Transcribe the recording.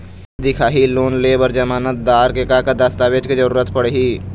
दिखाही लोन ले बर जमानतदार के का का दस्तावेज के जरूरत पड़ही?